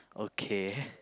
okay